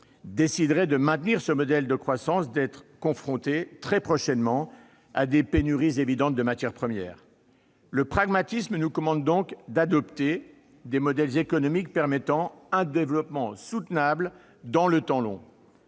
décideraient de maintenir ce modèle de croissance d'être confrontés très prochainement à des pénuries évidentes de matières premières. Le pragmatisme nous commande donc fil des modèles économiques permettant un développement soutenable dans le temps long.